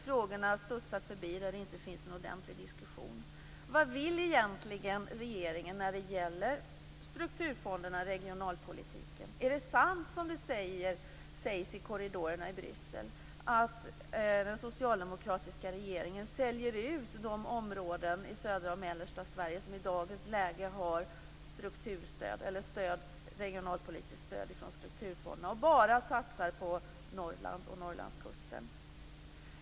Frågorna studsar förbi, och det finns inte någon ordentlig diskussion. Vad vill egentligen regeringen när det gäller strukturfonderna och regionalpolitiken? Är det sant, som det sägs i korridorerna i Bryssel, att den socialdemokratiska regeringen säljer ut de områden i södra och mellersta Sverige som i dagens läge har regionalpolitiskt stöd från strukturfonderna och bara satsar på Norrland och Norrlandskusten?